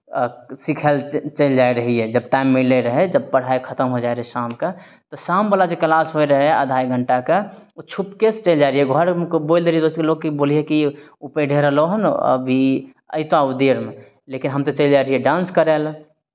सिखय लए चलि जाइ रहियै जब टाइम मिलैत रहय जब पढ़ाइ खतम होइ जाइ रहय शामके तऽ शामवला जे किलास होइत रहय आधा एक घंटाके ओ छुपकेसँ चलि जाइ रहियै घरमे कोइ बोलि दियै रहियै दोसकेँ लोककेँ कि बोलियै कि ओ पढ़िए रहलहु हन अभी अयतह ओ देरमे लेकिन हम तऽ चलि जाइ रहियै डान्स करय लए